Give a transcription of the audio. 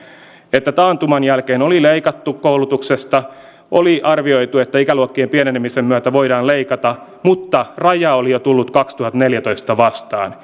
että taantuman jälkeen oli leikattu koulutuksesta oli arvioitu että ikäluokkien pienenemisen myötä voidaan leikata mutta raja oli tullut jo kaksituhattaneljätoista vastaan